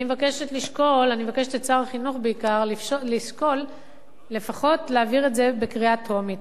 אני מבקשת משר החינוך בעיקר לשקול להעביר את זה בקריאה טרומית.